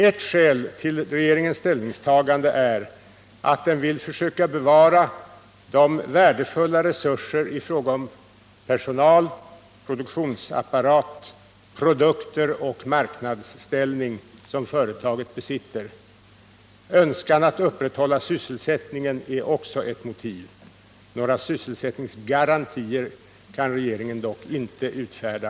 Ett skäl till regeringens ställningstagande är att den vill försöka bevara de värdefulla resurser i fråga om personal, produktionsapparat, produkter och marknadsställning som företaget besitter. Önskan att upprätthålla sysselsättningen är också ett motiv. Några sysselsättningsgarantier kan regeringen dock inte utfärda.